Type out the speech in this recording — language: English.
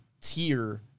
tier